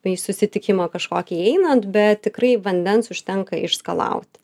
tai į susitikimą kažkokį einant bet tikrai vandens užtenka išskalauti